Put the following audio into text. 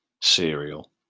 cereal